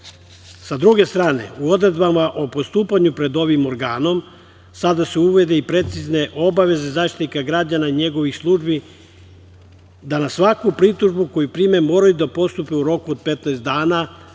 druge strane, u odredbama o postupanju pred ovim organom sada se uvode i precizne obaveze Zaštitnika građana i njegovih službi da na svaku pritužbu koju prime moraju da postupe u roku od 15 dana,